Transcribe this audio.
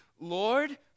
Lord